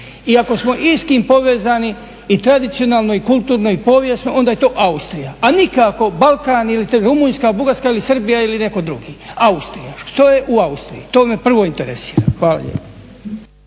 I ako smo i s kim povezani i tradicionalno i kulturno i povijesno onda je to Austrija, a nikako Balkan ili Rumunjska, Bugarska ili Srbija ili neko drugo, Austrija. Što je u Austriji, to me prvo interesira? Hvala lijepa.